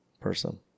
person